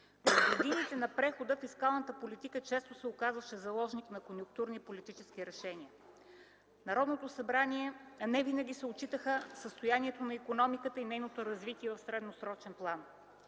В годините на прехода фискалната политика често се оказваше заложник на конюнктурни политически решения. В Народното събрание невинаги се отчитаха състоянието на икономиката и нейното развитие от средносрочен план.